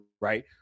right